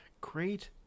Great